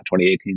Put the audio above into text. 2018